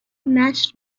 نشر